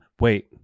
Wait